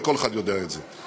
וכל אחד יודע את זה,